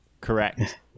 correct